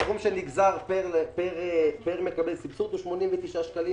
הסכום שנגזר פר מקבל סבסוד הוא 89 שקלים